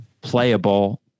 playable